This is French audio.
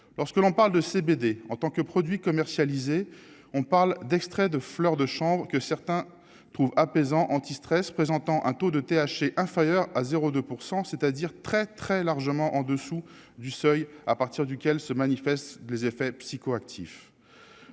lorsque l'on parle de CBD en tant que produit commercialisé, on parle d'extraits de fleurs de chanvre que certains trouvent apaisant antistress présentant un taux de THC inférieur à 0 2 % c'est-à-dire très très largement en dessous du seuil à partir duquel se manifeste les effets psychoactifs